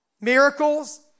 Miracles